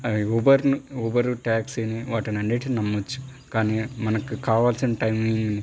ఊబర్ను Uber ట్యాక్సీని వాటినన్నిటిని నమ్మవచ్చు కానీ మనకు కావాల్సిన టైమింగ్